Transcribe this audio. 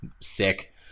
Sick